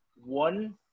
one